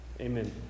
Amen